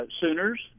Sooners